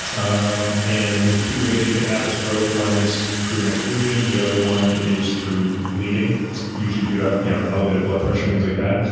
um and there's two ways you can have a stroke. one is through an occlusion the other one is through bleeding usually due to you know elevated blood pressure and things like that.